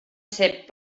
cep